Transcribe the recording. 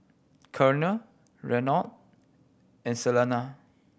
Colonel Reynold and Salena